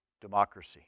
democracy